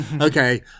Okay